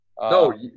No